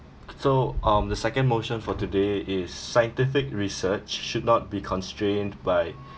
so um the second motion for today is scientific research should not be constrained by